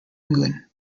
england